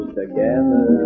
together